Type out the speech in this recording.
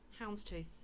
houndstooth